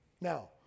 Now